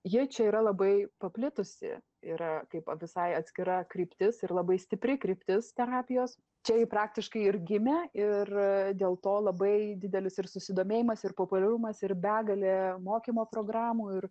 ji čia yra labai paplitusi yra kaip visai atskira kryptis ir labai stipri kryptis terapijos čia ji praktiškai ir gimė ir dėl to labai didelis ir susidomėjimas ir populiarumas ir begalė mokymo programų ir